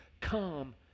come